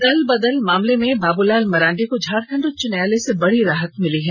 दलबदल मामले में बाबूलाल मरांडी को झारखंड उच्च न्यायालय से बड़ी राहत मिली है